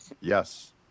Yes